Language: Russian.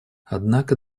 однако